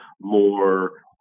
more